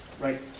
Right